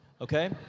okay